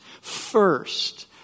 first